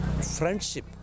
friendship